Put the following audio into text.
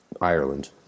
Ireland